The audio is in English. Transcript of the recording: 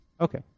Okay